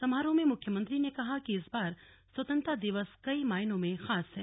समारोह में मुख्यमंत्री ने कहा कि इस बार स्वतंत्रता दिवस कई मायनों में खास है